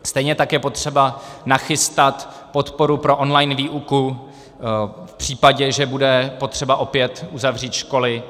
Stejně tak je potřeba nachystat podporu pro online výuku v případě, že bude potřeba opět uzavřít školy.